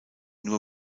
nur